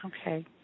Okay